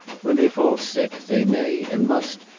when they fall sick, they may, and must,